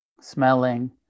smelling